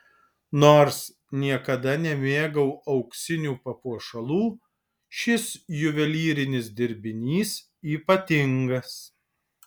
nors niekada nemėgau auksinių papuošalų šis juvelyrinis dirbinys ypatingas